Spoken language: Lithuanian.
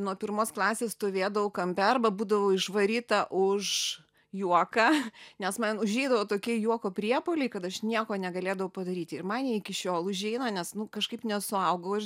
nuo pirmos klasės stovėdavau kampe arba būdavau išvaryta už juoką nes man užeidavo tokie juoko priepuoliai kad aš nieko negalėdavau padaryti ir man jie iki šiol užeina nes nu kažkaip nesuaugau aš